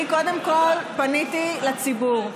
אני קודם כול פניתי לציבור.